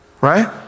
right